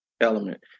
element